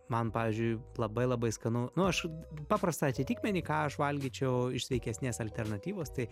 man pavyzdžiui labai labai skanu nu aš paprastą atitikmenį ką aš valgyčiau iš sveikesnės alternatyvos tai